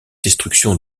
destruction